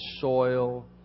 soil